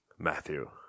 Matthew